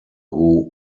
who